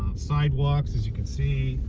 sidewalks as you can see